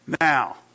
Now